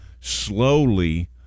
slowly